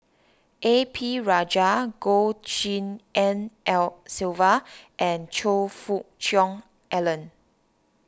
A P Rajah Goh Tshin En Sylvia and Choe Fook Cheong Alan